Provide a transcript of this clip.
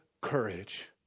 courage